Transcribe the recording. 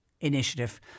initiative